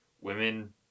women